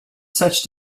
such